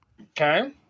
Okay